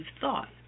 thought